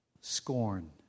Scorn